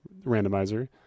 randomizer